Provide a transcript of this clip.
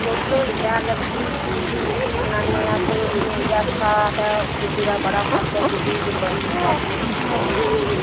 चुल्ल होई शैल लगदी चुल्ली बिच्च ही बनाने अस इ'यां गैसा ते चुल्ली दा बड़ा फर्क ऐ चुल्ली'र बड़ी सोआदली रुट्टी बनी जंदी ऐ